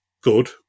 good